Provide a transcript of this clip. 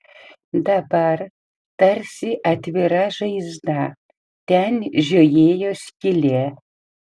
dabar tarsi atvira žaizda ten žiojėjo skylė